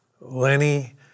Lenny